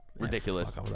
Ridiculous